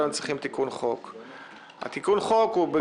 תיקון החוק מגיע